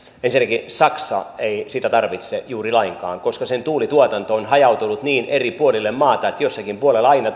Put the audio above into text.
ensinnäkään saksa ei sitä tarvitse juuri lainkaan koska sen tuulituotanto on hajautunut niin eri puolille maata että jossakin puolella aina